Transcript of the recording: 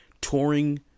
touring